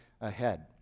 ahead